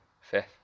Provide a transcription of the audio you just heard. Fifth